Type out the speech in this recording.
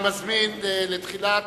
אני מזמין לתחילת